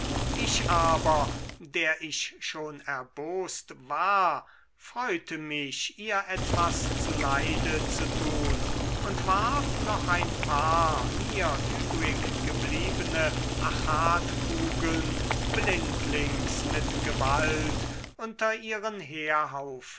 ich aber der ich schon erbost war freute mich ihr etwas zu leide zu tun und warf noch ein paar mir übrig gebliebene achatkugeln blindlings mit gewalt unter ihren